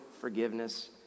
forgiveness